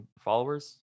followers